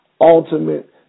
ultimate